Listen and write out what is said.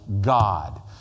God